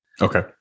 Okay